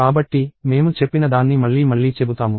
కాబట్టి మేము చెప్పిన దాన్ని మళ్లీ మళ్లీ చెబుతాము